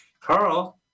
Carl